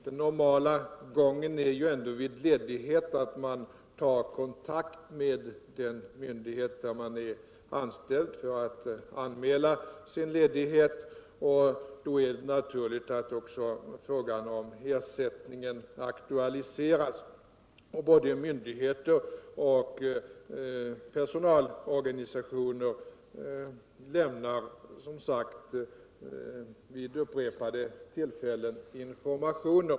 Den normala gången vid ledighet är ju ändå att man tar kontakt med den myndighet där man är anställd för att anmäla sin ledighet, och då är det naturligt att också frågan om ersättning aktualiseras. Både myndigheter och personalorganisationer lämnar som sagt vid upprepade tillfällen information.